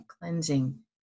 cleansing